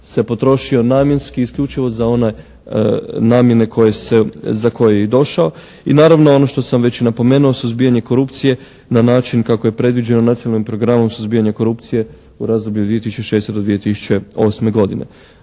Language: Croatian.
se potrošio namjenski i isključivo za one namjene koje se, za koje je i došao. I naravno ono što sam već i napomenuo suzbijanje korupcije na način kako je predviđeno nacionalnim programom suzbijanja korupcije u razdoblju od 2006. do 2008. godine.